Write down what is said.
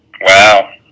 Wow